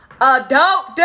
adult